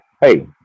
hey